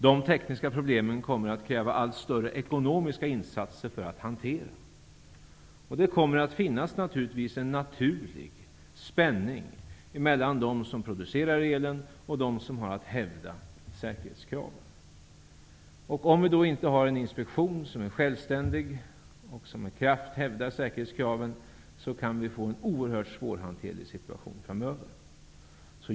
De tekniska problemen kommer att kräva allt större ekonomiska insatser. Det kommer självklart att finnas en naturlig spänning mellan dem som producerar elen och dem som har att hävda säkerhetskrav. Finns det då inte en Inspektion som är självständig och som med kraft hävdar säkerhetskraven, kan det framöver uppstå en oerhört svårhanterlig situation.